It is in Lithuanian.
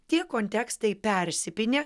tie kontekstai persipynė